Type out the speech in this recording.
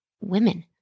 women